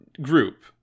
group